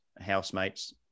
housemates